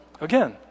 Again